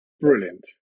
brilliant